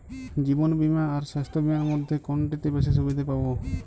জীবন বীমা আর স্বাস্থ্য বীমার মধ্যে কোনটিতে বেশী সুবিধে পাব?